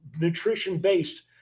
nutrition-based